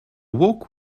walk